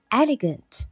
elegant